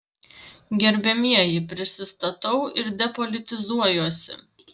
gerbiamieji prisistatau ir depolitizuojuosi